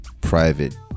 private